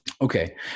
okay